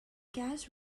gas